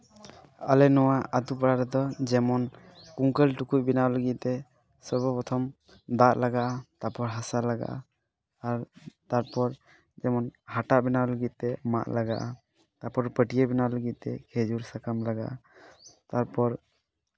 ᱟᱞᱮ ᱱᱚᱣᱟ ᱟᱛᱳ ᱯᱟᱲᱟ ᱨᱮᱫᱚ ᱡᱮᱢᱚᱱ ᱠᱩᱝᱠᱟᱹᱞ ᱴᱩᱠᱩᱡ ᱵᱮᱱᱟᱣ ᱞᱟᱹᱜᱤᱫ ᱛᱮ ᱥᱚᱨᱵᱚ ᱯᱨᱚᱛᱷᱚᱢ ᱫᱟᱜ ᱞᱟᱜᱟᱜᱼᱟ ᱛᱟᱨᱯᱚᱨ ᱦᱟᱥᱟ ᱞᱟᱜᱟᱜᱼᱟ ᱟᱨ ᱛᱟᱨᱯᱚᱨ ᱡᱮᱢᱚᱱ ᱦᱟᱴᱟᱜ ᱵᱮᱱᱟᱣ ᱞᱟᱹᱜᱤᱫ ᱛᱮ ᱢᱟᱜ ᱞᱟᱜᱟᱜᱼᱟ ᱛᱟᱨᱯᱚᱨ ᱯᱟᱹᱴᱭᱟᱹ ᱵᱮᱱᱟᱣ ᱞᱟᱹᱜᱤᱫ ᱛᱮ ᱠᱷᱮᱡᱩᱨ ᱥᱟᱠᱟᱢ ᱞᱟᱜᱟᱜᱼᱟ ᱛᱟᱨᱯᱚᱨ